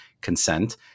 consent